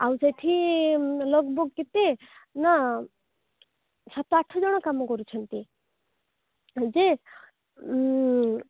ଆଉ ସେଠି ଲୋକ ବାକ କେତେ ନା ସାତ ଆଠ ଜଣ କାମ କରୁଛନ୍ତି ଯେ